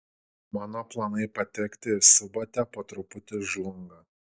mano planai patekti į subatę po truputį žlunga